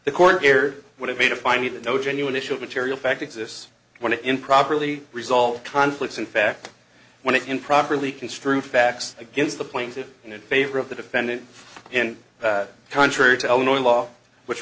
the court here would have made a finding that no genuine issue of material fact exists when a improperly resolve conflicts in fact when it improperly construed facts against the plaintiff in favor of the defendant and contrary to eleanor law which